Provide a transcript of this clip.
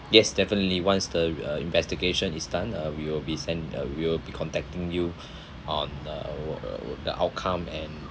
yes definitely once the uh investigation is done uh we will be send~ uh we will be contacting you on uh the outcome and